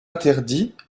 interdit